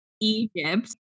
Egypt